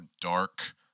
dark